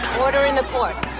order in the court!